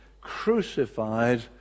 crucified